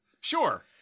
Sure